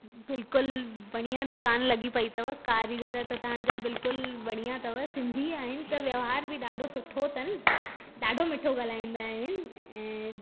बिल्कुलु बढ़िया दुकानु लॻी पई अथव कारीगर त तव्हांजा बिल्कुलु बढ़िया अथव सिंधी आहिनि त वहिवार बि ॾाढो सुठो अथन ॾाढो मिठो ॻाल्हाईंदा आहिनि ऐं